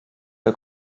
der